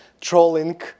trolling